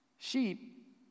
Sheep